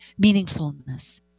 meaningfulness